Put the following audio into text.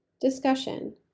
Discussion